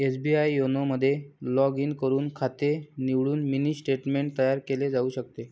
SBI YONO मध्ये log in करून खाते निवडून मिनी स्टेटमेंट तयार केले जाऊ शकते